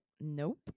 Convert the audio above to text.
Nope